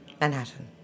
Manhattan